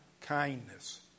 kindness